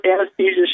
anesthesia